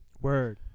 Word